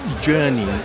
journey